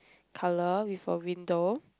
colour with a window